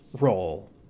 role